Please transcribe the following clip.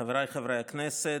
חבריי חברי הכנסת,